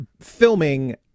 filming